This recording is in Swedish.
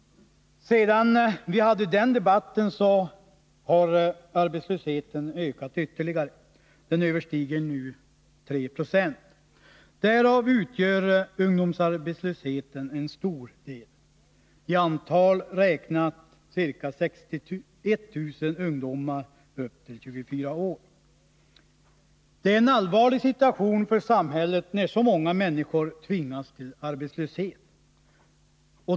Sedan vi hade den tidigare nämnda debatten har arbetslösheten ökat ytterligare. Den överstiger nu 3 Zo. Därav utgör ungdomsarbetslösheten en stor del — i antal räknat ca 61 000 ungdomar upp till 24 år. Det är en allvarlig situation för samhället, när så många människor tvingas till arbetslöshet.